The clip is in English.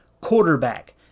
quarterback